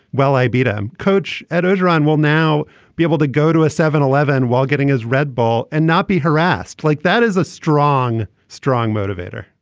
well i beat em. coach edwards iran will now be able to go to a seven eleven while getting his red ball and not be harassed like that is a strong strong motivator.